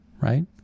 right